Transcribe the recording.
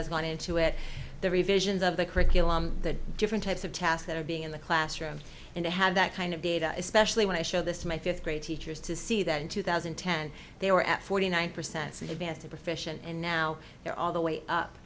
has gone into it the revisions of the curriculum the different types of tasks that are being in the classroom and to have that kind of data especially when i show this to my fifth grade teachers to see that in two thousand and ten they were at forty nine percent say advanced a profession and now they're all the way up